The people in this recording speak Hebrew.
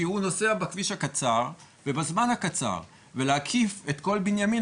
כי הוא נוסע בכביש הקצר ובזמן הקצר ולהקיף את כל בנימינה